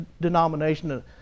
denomination